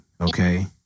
Okay